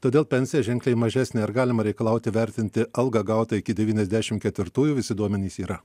todėl pensija ženkliai mažesnė ar galima reikalauti vertinti algą gautą iki devyniasdešim ketvirtųjų visi duomenys yra